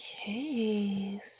Okay